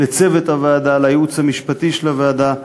לצוות הוועדה, לייעוץ המשפטי של הוועדה,